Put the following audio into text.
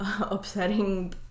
Upsetting